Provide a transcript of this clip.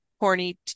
horny